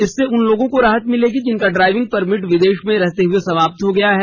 इससे उन लोगों को राहत मिलेगी जिनका ड्राइविंग पर्रेमिट विदेश में रहते हुए समाप्ते हो गया है